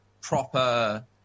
proper